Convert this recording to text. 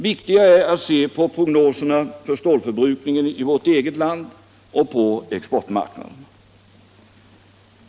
Viktigare är då att se på prognoserna för stålförbrukningen i vårt eget land och på exportmarknaden.